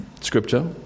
scripture